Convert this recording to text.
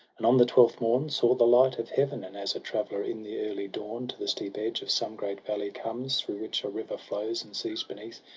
and on the twelfth morn saw the light of heaven. and as a traveller in the early dawn to the steep edge of some great valley comes. through which a river flows, and sees, beneath,